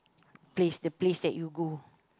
place the place that you go